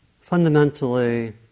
fundamentally